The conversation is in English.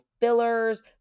fillers